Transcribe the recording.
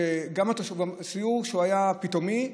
היה פתאומי,